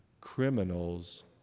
criminals